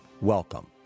Welcome